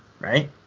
right